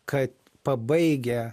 kad pabaigę